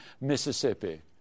Mississippi